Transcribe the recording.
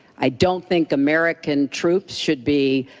i don't think american troops should be